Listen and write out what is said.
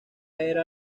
era